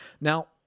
now